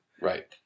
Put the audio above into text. right